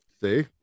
See